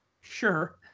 Sure